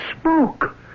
smoke